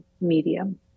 medium